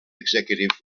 executive